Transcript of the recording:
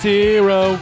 Zero